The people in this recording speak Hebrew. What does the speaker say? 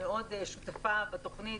מאוד שותפה בתוכנית.